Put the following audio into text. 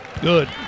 Good